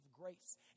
grace